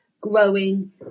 growing